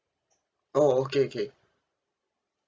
oh okay okay